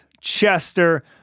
Chester